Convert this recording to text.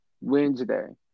Wednesday